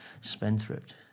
spendthrift